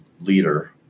leader